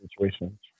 situations